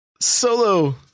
solo